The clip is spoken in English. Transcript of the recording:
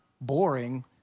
boring